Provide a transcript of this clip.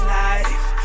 life